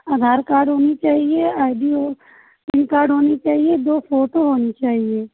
आधार card होनी चहिए I D और पेन कार्ड होनी चहिए दो फोटो होनी चाहिए